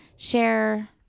share